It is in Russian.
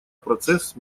процесс